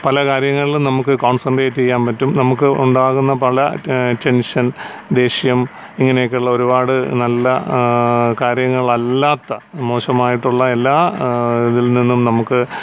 പലകാര്യങ്ങളിലും നമുക്ക് കോൺസെൻട്രേറ്റ് ചെയ്യാൻ പറ്റും നമുക്ക് ഉണ്ടാകുന്ന പല ടെൻഷൻ ദേഷ്യം ഇങ്ങനെയൊക്കെയുള്ള ഒരുപാട് നല്ല കാര്യങ്ങൾ അല്ലാത്ത മോശമായിട്ടുള്ള എല്ലാ ഇതിൽ നിന്നും നമുക്ക്